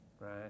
right